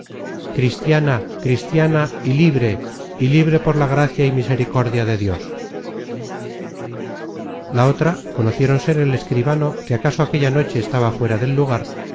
cristiana cristiana y libre y libre por la gracia y misericordia de dios la otra conocieron ser el escribano que acaso aquella noche estaba fuera del lugar